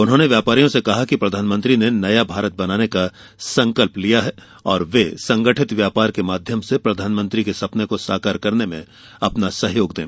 उन्होंने व्यापारियों से कहा कि प्रधानमंत्री ने नया भारत बनाने का संकल्प लिया है और वे संगठित व्यापार के माध्यम से प्रधानमंत्री के सपने को साकार करने में अपना सहयोग दें